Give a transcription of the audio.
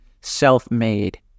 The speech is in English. self-made